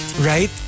Right